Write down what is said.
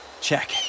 check